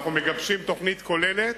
אנו מגבשים תוכנית כוללת,